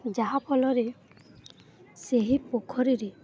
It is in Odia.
ଯାହାଫଳରେ ସେହି ପୋଖରୀରେ